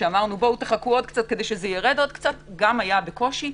כשאמרנו: חכו עוד קצת כדי שזה יירד עוד קצת גם היה בקושי.